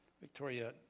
Victoria